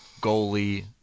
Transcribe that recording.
goalie